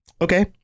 Okay